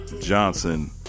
Johnson